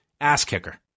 ass-kicker